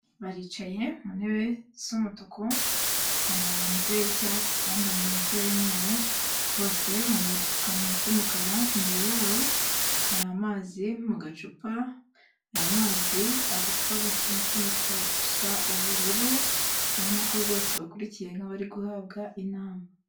Baricaye mu ntebe z'umutuku bambaye imipira y'icyatsi kandi bambaye imipira y'umweru, bose bambaye udupfukamunwa tw'umukara. Imbere yabo hari amazi mu gacupa. Ayo mazi agacupa gafite umufuniko usa ubururu, Ubona ko rwose bakurikiye nk'abari guhabwa inama.